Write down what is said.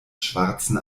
schwarzen